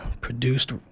produced